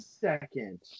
Second